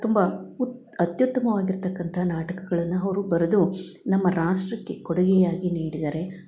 ತುಂಬ ಉತ ಅತ್ಯುತ್ತಮವಾಗಿರತಕ್ಕಂತ ನಾಟಕಗಳನ್ನು ಅವರು ಬರೆದು ನಮ್ಮ ರಾಷ್ಟ್ರಕ್ಕೆ ಕೊಡುಗೆಯಾಗಿ ನೀಡಿದ್ದಾರೆ